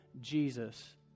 Jesus